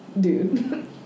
dude